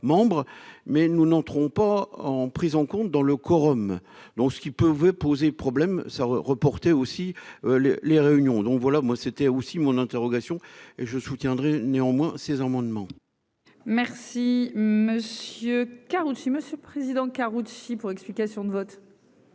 membres mais nous n'entrons pas en prise en compte dans le quorum donc ceux qui peuvent poser problème ça reporter aussi les les réunions, donc voilà moi c'était aussi mon interrogation et je soutiendrai néanmoins ces amendements. Merci monsieur Karoutchi Monsieur Président Karoutchi pour explications de vote.